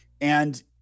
And-